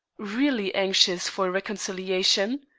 really anxious for reconciliation?